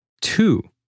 two